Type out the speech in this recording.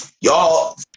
y'all